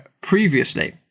previously